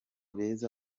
beza